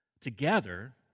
together